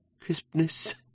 crispness